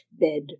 bed